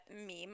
meme